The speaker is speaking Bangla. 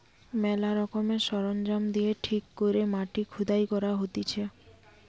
ম্যালা রকমের সরঞ্জাম দিয়ে ঠিক করে মাটি খুদাই করা হতিছে